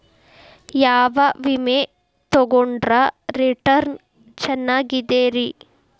ಯಾವ ವಿಮೆ ತೊಗೊಂಡ್ರ ರಿಟರ್ನ್ ಚೆನ್ನಾಗಿದೆರಿ?